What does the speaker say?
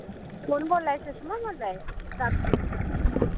कौन बोल्ला दे सुशमा बोल्ला दी